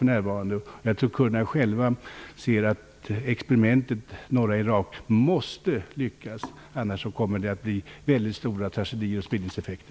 Jag tror att kurderna själva inser att experimentet i norra Irak måste lyckas. Annars kommer tragedierna och spridningseffekterna att bli väldigt stora.